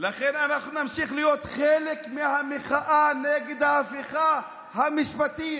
לכן אנחנו נמשיך להיות חלק מהמחאה נגד ההפיכה המשפטית.